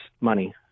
money